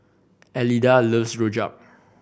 Elida loves Rojak